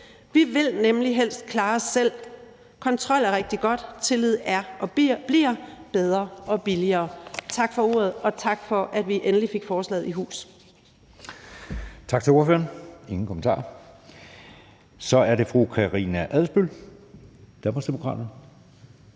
Vi vil nemlig helst klare os selv. Kontrol er rigtig godt, tillid er og bliver bedre og billigere. Tak for ordet, og tak for, at vi endelig fik forslaget i hus.